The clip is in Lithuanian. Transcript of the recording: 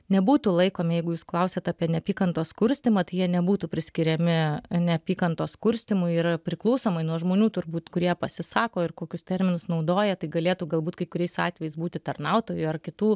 nebūtų laikomi jeigu jūs klausiat apie neapykantos kurstymą tai jie nebūtų priskiriami neapykantos kurstymui ir priklausomai nuo žmonių turbūt kurie pasisako ir kokius terminus naudoja tai galėtų galbūt kai kuriais atvejais būti tarnautojų ar kitų